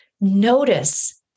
Notice